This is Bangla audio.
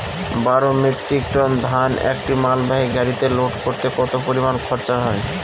বারো মেট্রিক টন ধান একটি মালবাহী গাড়িতে লোড করতে কতো পরিমাণ খরচা হয়?